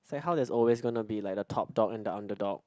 it's like how there's always gonna be like the top dog and the underdog